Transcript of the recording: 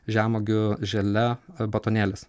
žemuogių želė batonėlis